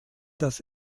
dass